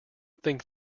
think